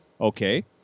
Okay